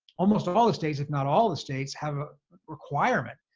almost um all the states, if not all the states, have a requirement,